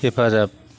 हेफाजाब